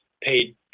paid